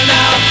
now